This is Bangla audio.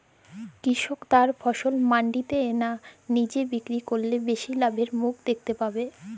কৃষক তার ফসল মান্ডিতে না নিজে বিক্রি করলে বেশি লাভের মুখ দেখতে পাবে?